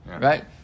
right